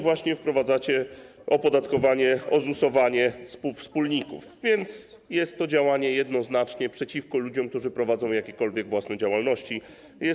Właśnie wprowadzacie opodatkowanie, ozusowanie wspólników, więc jest to działanie jednoznacznie przeciwko ludziom, którzy prowadzą jakąkolwiek własną działalność.